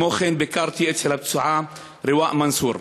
כמו כן, ביקרתי אצל הפצועה רווא מנסור.